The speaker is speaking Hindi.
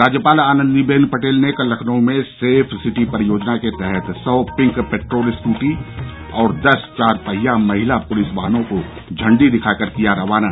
राज्यपाल आनन्दी बेन पटेल ने कल लखनऊ में सेफ सिटी परियोजना के तहत सौ पिंक पेट्रोल स्कूटी और दस चार पहिया महिला पुलिस वाहनों को झण्डी दिखाकर किया रवाना